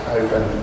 open